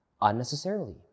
unnecessarily